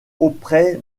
auprès